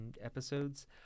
episodes